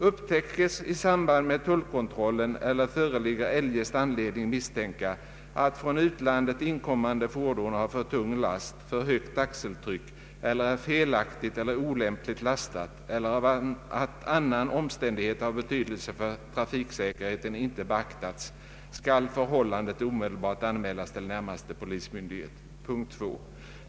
Upptäckes i samband med tullkontrollen eller föreligger eljest anledning misstänka, att från utlandet inkommande fordon har för tung last, för högt axeltryck eller är felaktigt eller olämpligt lastat eller att annan omständighet av betydelse för trafiksäkerheten inte beaktats, skall förhållandet omedelbart anmälas till närmaste polismyndighet. 2.